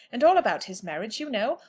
and all about his marriage, you know,